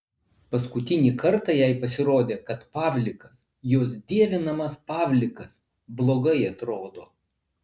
paskutinį kartą jai pasirodė kad pavlikas jos dievinamas pavlikas blogai atrodo